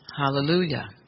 Hallelujah